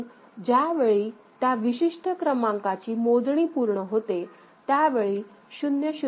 म्हणून ज्यावेळी त्या विशिष्ट क्रमांकाची मोजणी पूर्ण होते त्यावेळी 0000 येते